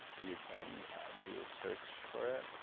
you can do the search for it.